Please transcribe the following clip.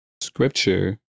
scripture